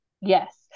Yes